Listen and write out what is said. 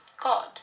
god